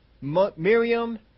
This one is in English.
Miriam